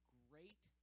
great